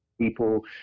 people